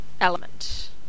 element